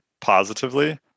positively